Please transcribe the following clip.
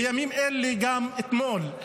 בימים אלה, גם אתמול,